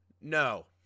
No